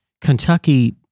Kentucky